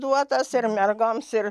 duotos ir mergoms ir